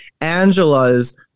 Angela's